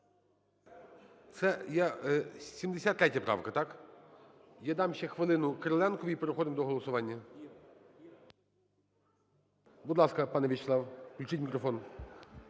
Це 73 правка, так? Я дам ще хвилину Кириленкові, і переходимо до голосування. Будь ласка, пане В'ячеслав. Включіть мікрофон.